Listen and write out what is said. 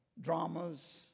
dramas